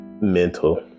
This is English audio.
mental